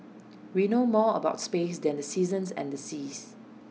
we know more about space than the seasons and the seas